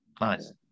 nice